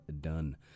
done